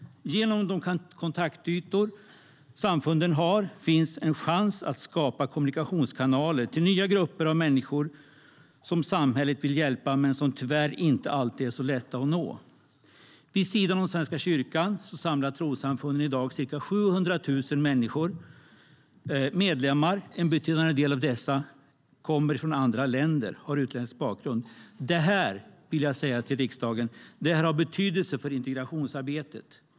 Genom de kontaktytor samfunden har finns en chans att skapa kommunikationskanaler till nya grupper av människor som samhället vill hjälpa men som tyvärr inte alltid är så lätta att nå. Vid sidan om Svenska kyrkan samlar trossamfunden i dag ca 700 000 medlemmar. En betydande del av dessa kommer från andra länder och har utländsk bakgrund. Det här, vill jag säga till riksdagen, har betydelse för integrationsarbetet.